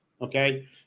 Okay